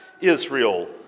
Israel